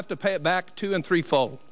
have to pay it back two and three fault